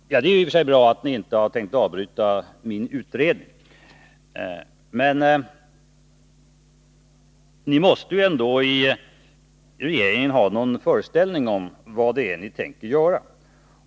Det är i och för sig bra att ni inom regeringen inte avser att avbryta den utredning jag tillsatt. Men ni måste ändå ha en föreställning om vad det är ni tänker göra.